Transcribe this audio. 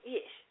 Yes